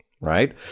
right